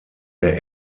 der